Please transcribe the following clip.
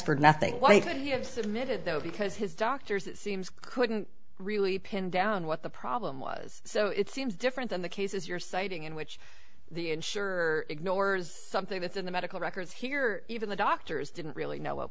have submitted though because his doctors seems couldn't really pin down what the problem was so it seems different than the cases you're citing in which the insurer ignores something that's in the medical records here even the doctors didn't really know what